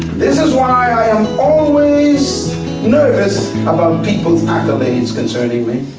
this is why i am always nervous about people's accolades concerning me.